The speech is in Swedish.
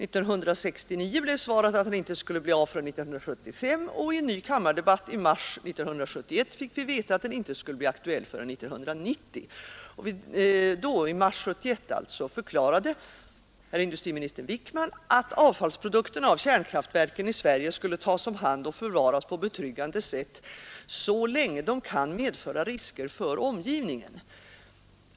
1969 blev svaret att den inte skulle bli av förrän 1975, och i en ny kammardebatt i mars 1971 fick vi veta att den inte skulle bli aktuell förrän 1990. Vid debatten i mars 1971 förklarade herr industriministern Wickman att avfallsprodukterna av kärnkraftverken i Sverige skulle tas om hand och förvaras på betryggande sätt så länge de kan medföra risker för omgivningen.